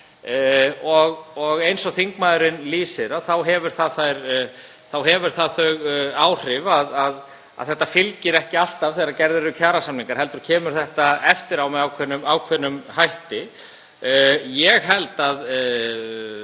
Eins og þingmaðurinn lýsir þá hefur það þau áhrif að þetta fylgir ekki alltaf gerð kjarasamninga heldur kemur þetta eftir á með ákveðnum hætti. Í stað